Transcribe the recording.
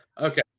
Okay